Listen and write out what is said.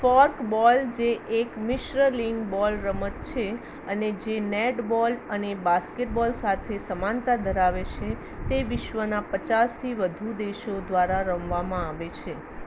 korfball જે એક મિશ્ર લિંગ બોલ રમત છે અને જે નેટબોલ અને બાસ્કેટબોલ સાથે સમાનતા ધરાવે છે તે વિશ્વના પચાસથી વધુ દેશો દ્વારા રમવામાં આવે છે